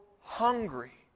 hungry